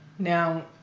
Now